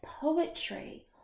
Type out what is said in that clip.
poetry